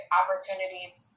opportunities